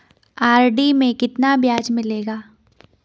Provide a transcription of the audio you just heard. RD में कितना ब्याज मिलेगा?